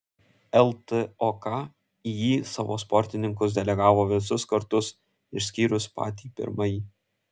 ltok į jį savo sportininkus delegavo visus kartus išskyrus patį pirmąjį